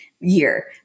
year